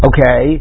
Okay